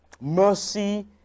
Mercy